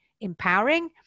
empowering